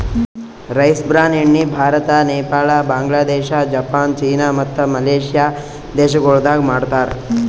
rice bran ಎಣ್ಣಿ Bharat, Nepal, Bangladesh, Japan, China ಮತ್ತ Malaysia ದೇಶಗೊಳ್ದಾಗ್ ಮಾಡ್ತಾರ್